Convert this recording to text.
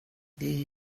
det